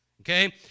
okay